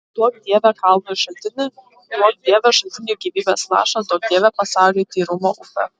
duok dieve kalnui šaltinį duok dieve šaltiniui gyvybės lašą duok dieve pasauliui tyrumo upę